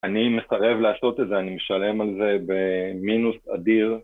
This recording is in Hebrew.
אני מסרב לעשות את זה, אני משלם על זה במינוס אדיר